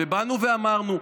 ובאנו ואמרנו,